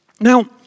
Now